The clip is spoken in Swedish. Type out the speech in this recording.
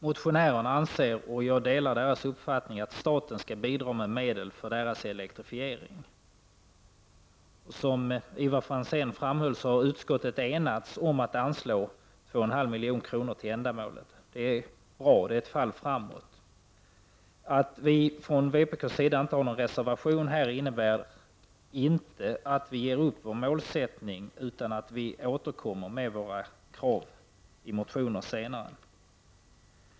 Motionärerna anser — jag delar deras uppfattning — att staten skall bidra med medel för deras elektrifiering. Som Ivar Franzén framhöll har utskottet enats om att anslå 2,5 milj.kr. till ändamålet. Det är bra. Det är ett steg framåt. Att vi från vpks sida inte har någon reservation innebär inte att vi ger upp vår målsättning, utan att vi avser att återkomma med våra krav i motioner senare.